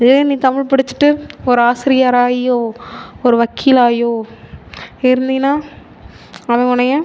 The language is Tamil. இதே நீ தமிழ் படித்துட்டு ஒரு ஆசிரியர் ஆகியோ ஒரு வக்கீல் ஆகியோ இருந்தீனா அவன் உன்னை